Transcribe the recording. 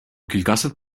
kilkaset